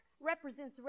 represents